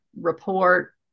report